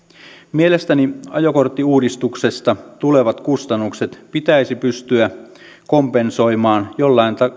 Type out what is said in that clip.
mielestäni ajokorttiuudistuksesta tulevat kustannukset pitäisi pystyä kompensoimaan jollain